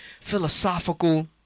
philosophical